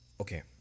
okay